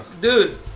Dude